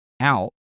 out